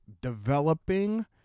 developing